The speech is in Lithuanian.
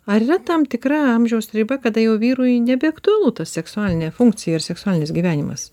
ar yra tam tikra amžiaus riba kada jau vyrui nebeaktualu ta seksualinė funkcija ir seksualinis gyvenimas